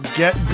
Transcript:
get